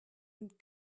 and